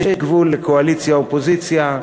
יש גבול לקואליציה אופוזיציה,